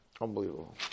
Unbelievable